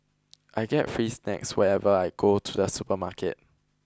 I get free snacks whenever I go to the supermarket